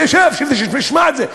שב ושמע את זה.